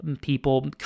people